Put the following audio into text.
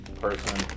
Person